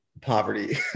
poverty